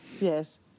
Yes